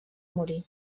morir